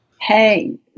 Hey